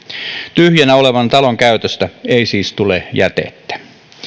tyhjänä olevan talon käytöstä ei siis tule jätettä